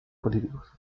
políticos